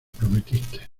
prometiste